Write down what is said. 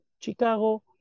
Chicago